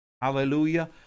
Hallelujah